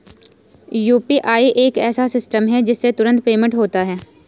UPI एक ऐसा system है जिससे तुरंत पेमेंट होता है